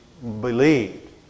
believed